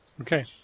Okay